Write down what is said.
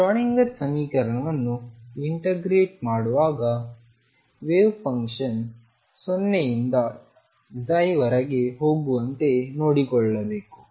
Schrodinger ಸಮೀಕರಣವನ್ನು integrate ಮಾಡುವಾಗ wave function 0 ಇಂದ ψ ವರೆಗೆ ಹೋಗುವಂತೆ ನೋಡಿಕೊಳ್ಳಬೇಕು